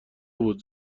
بود